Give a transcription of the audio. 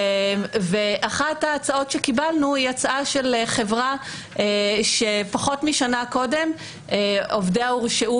אחת ההצעות שקיבלנו היא הצעה של חברה שפחות משנה קודם עובדיה הורשעו